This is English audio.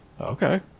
Okay